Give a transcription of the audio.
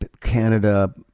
canada